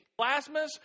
plasmas